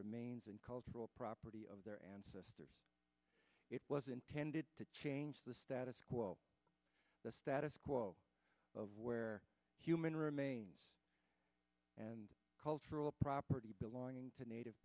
remains and cultural property of their ancestors it was intended to change the status quo the status quo of where human remains and cultural property belonging to native